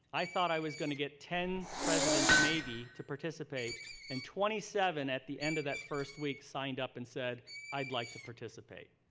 i thought i was going to get ten presidents, maybe to participate and twenty seven at the end of that first week signed up and said i'd like to participate.